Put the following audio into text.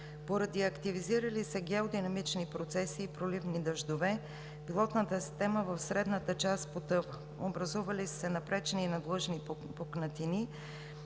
Поради активизирали се геодинамични процеси и проливни дъждове пилотната система в средната част потъва. Образували са се напречни и надлъжни пукнатини,